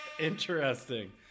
Interesting